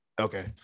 Okay